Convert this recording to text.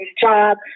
job